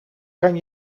kan